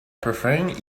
preferring